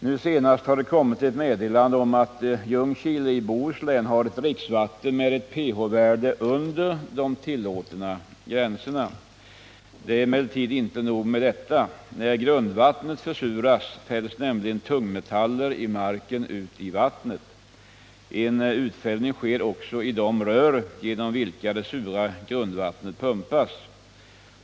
Nu senast har det kommit ett meddelande om att Ljungskile i Bohuslän har ett dricksvatten med ett pH-värde under de tillåtna gränserna. Det är emellertid inte nog med detta! När grundvattnet försuras fälls nämligen tungmetaller i marken ut i vattnet. En utfällning sker också i de rör, genom vilka det sura grundvattnet pumpas.